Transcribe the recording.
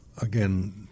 again